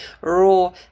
raw